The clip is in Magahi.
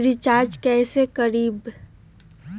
रिचाज कैसे करीब?